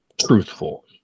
truthful